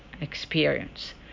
experience